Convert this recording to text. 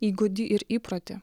įgūdį ir įprotį